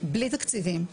בלי תקציבים,